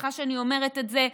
סליחה שאני אומרת את זה,